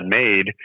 made